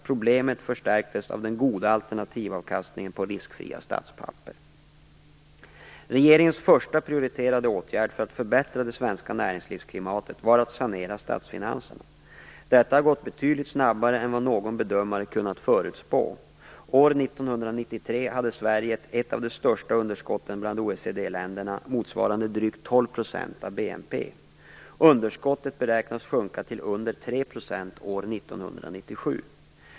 Problemet förstärktes av den goda alternativavkastningen på riskfria statspapper. Regeringens första prioriterade åtgärd för att förbättra det svenska näringslivsklimatet var att sanera statsfinanserna. Detta har gått betydligt snabbare än vad någon bedömare kunnat förutspå. År 1993 hade Sverige ett av de största underskotten bland OECD länderna, motsvarande drygt 12 % av BNP. Underskottet beräknas sjunka till under 3 % år 1997.